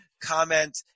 comment